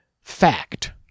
fact